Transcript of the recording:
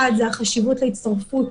אחד, חשיבות ההצטרפות